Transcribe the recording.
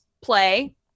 play